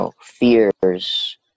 fears